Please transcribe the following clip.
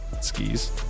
skis